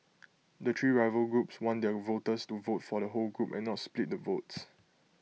the three rival groups want their voters to vote for the whole group and not split the votes